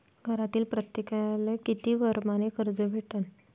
घरातील प्रत्येकाले किती परमाने कर्ज भेटन?